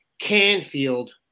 canfield